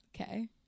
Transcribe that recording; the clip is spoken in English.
okay